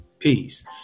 peace